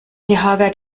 wert